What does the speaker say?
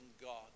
God